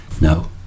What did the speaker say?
no